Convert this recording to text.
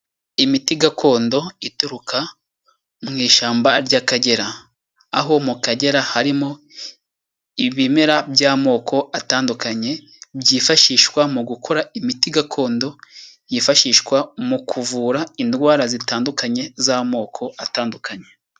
Imiti gakondo ituruka mu ishyamba ry'Akagera. Aho mu Kagera harimo ibimera by'amoko atandukanye, byifashishwa mu gukora imiti gakondo yifashishwa mu kuvura indwara zitandukanye z'amoko atandukanye.